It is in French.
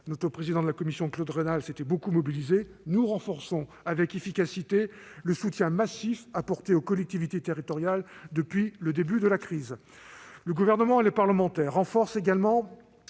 notre président Claude Raynal s'était beaucoup mobilisé, nous renforçons avec efficacité le soutien massif apporté aux collectivités territoriales depuis le début de la crise. Le Gouvernement et les parlementaires accroissent également